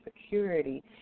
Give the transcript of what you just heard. security